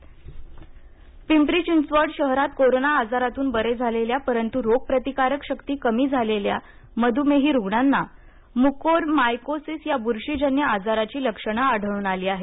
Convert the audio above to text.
मध्मेह पिंपरी चिंचवड शहरात कोरोना आजारातून बरे झालेल्या परंतु रोगप्रतिकारक शक्ती कमी झालेल्या मध्युमेही रुग्णांना मुकोरमायकोसिस या बुरशी जन्य आजाराची लक्षणे आढळून आली आहेत